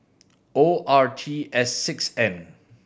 O R T S six N